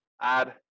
add